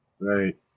Right